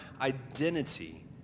identity